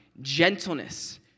Gentleness